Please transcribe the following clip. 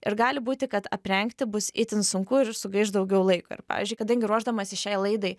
ir gali būti kad aprengti bus itin sunku ir sugaiš daugiau laiko ir pavyzdžiui kadangi ruošdamasi šiai laidai